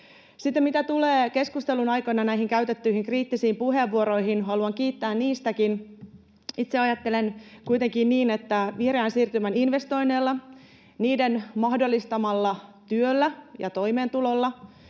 Sitten, mitä tulee näihin keskustelun aikana käytettyihin kriittisiin puheenvuoroihin, haluan kiittää niistäkin. Itse ajattelen kuitenkin niin, että vihreän siirtymän investoinneilla sekä niiden mahdollistamalla työllä ja toimeentulolla